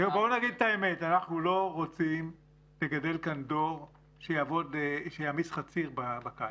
בואו נגיד את האמת: אנחנו לא רוצים לגדל כאן דור שיעמיס חציר בקיץ.